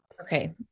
Okay